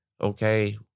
okay